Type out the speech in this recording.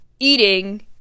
eating